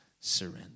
surrender